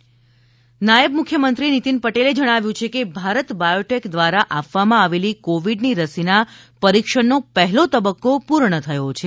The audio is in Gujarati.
નીતીન પટેલ નાયબ મુખ્યમંત્રી નીતીન પટેલે જણાવ્યું છે કે ભારત બાયોટેક દ્વારા આપવામાં આવેલી કોવીડની રસીના પરિક્ષણનો પહેલો તબક્કો પૂર્ણ થયો છે